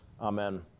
Amen